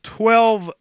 twelve